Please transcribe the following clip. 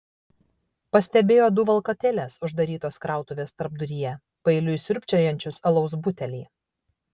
pastebėjo du valkatėles uždarytos krautuvės tarpduryje paeiliui siurbčiojančius alaus butelį